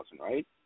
right